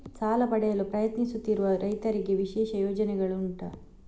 ಸಾಲ ಪಡೆಯಲು ಪ್ರಯತ್ನಿಸುತ್ತಿರುವ ರೈತರಿಗೆ ವಿಶೇಷ ಪ್ರಯೋಜನೆಗಳು ಉಂಟಾ?